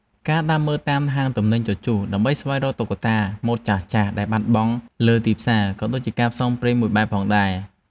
ការដើរមើលតាមហាងទំនិញជជុះ ដើម្បីស្វែងរកតុក្កតាម៉ូដចាស់ៗដែលបាត់បង់លើទីផ្សារ ក៏ជាការផ្សងព្រេងមួយបែបផងដែរ។